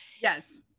Yes